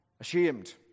ashamed